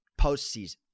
postseason